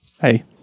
Hey